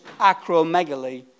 acromegaly